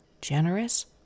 generous